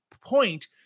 point